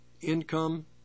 income